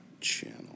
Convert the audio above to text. channel